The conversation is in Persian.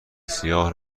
سیاه